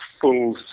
full